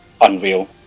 unreal